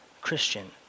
Christian